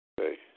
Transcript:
Okay